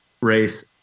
race